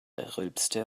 rülpste